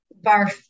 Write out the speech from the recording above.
barf